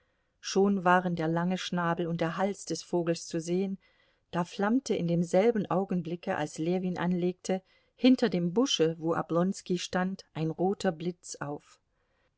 schon waren der lange schnabel und der hals des vogels zu sehen da flammte in demselben augenblicke als ljewin anlegte hinter dem busche wo oblonski stand ein roter blitz auf